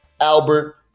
Albert